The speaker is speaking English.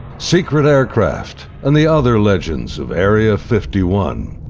secret aircraft and the other legends of area fifty one.